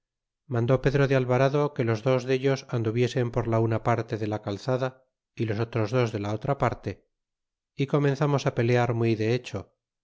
mandó pedro de alvarado que los dos dellos anduviesen por la una parte de la calzada y los otros dos de la otra parte é comenzamos pelear muy de hecho